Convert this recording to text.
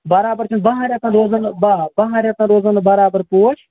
بَرابرچھِنہٕ باہَن رٮ۪تن روزن باہ باہن رٮ۪تن روزن نہٕ بَرابر پوش